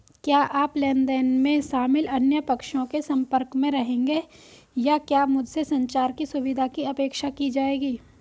क्या आप लेन देन में शामिल अन्य पक्षों के संपर्क में रहेंगे या क्या मुझसे संचार की सुविधा की अपेक्षा की जाएगी?